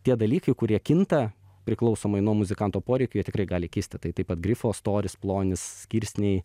tie dalykai kurie kinta priklausomai nuo muzikanto poreikių jie tikrai gali kisti tai taip pat grifo storis plonis skirsniai